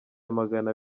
amagana